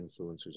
influencers